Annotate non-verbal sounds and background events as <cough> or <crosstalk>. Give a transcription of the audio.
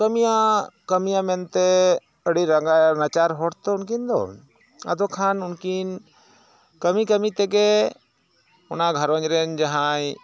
ᱠᱟᱹᱢᱤᱭᱟ ᱠᱟᱹᱢᱤᱭᱟ ᱢᱮᱱᱛᱮ ᱟᱹᱰᱤ <unintelligible> ᱱᱟᱪᱟᱨ ᱦᱚᱲᱛᱚ ᱩᱱᱠᱤᱱ ᱫᱚ ᱟᱫᱚ ᱠᱷᱟᱱ ᱩᱱᱠᱤᱱ ᱠᱟᱹᱢᱤ ᱠᱟᱹᱢᱤᱛᱮ ᱜᱮ ᱚᱱᱟ ᱜᱷᱟᱨᱚᱸᱡᱽ ᱨᱮᱱ ᱡᱟᱦᱟᱸᱭ